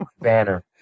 Banner